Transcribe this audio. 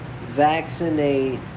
vaccinate